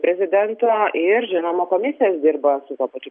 prezidento ir žinoma komisijos dirba su tuo pačiu